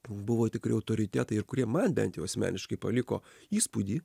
buvo tikri autoritetai ir kurie man bent jau asmeniškai paliko įspūdį